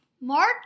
Mark